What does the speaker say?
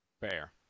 Fair